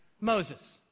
Moses